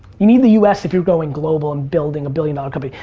you need the us if you're going global and building a billion dollar company.